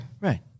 Right